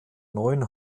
neuen